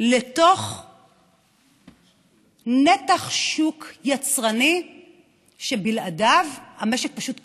לתוך נתח שוק יצרני שבלעדיו המשק פשוט קורס.